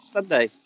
Sunday